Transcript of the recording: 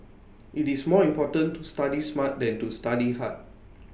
IT is more important to study smart than to study hard